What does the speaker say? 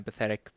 empathetic